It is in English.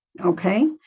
okay